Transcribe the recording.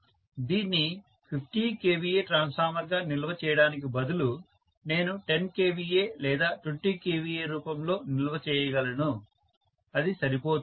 దీన్ని 50 kVA ట్రాన్స్ఫార్మర్గా నిల్వ చేయడానికి బదులు నేను 10 kVA లేదా 20 kVA రూపంలో నిల్వ చేయగలను అది సరిపోతుంది